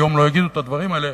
והיום לא יגידו את הדברים האלה,